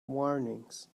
warnings